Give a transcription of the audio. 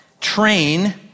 train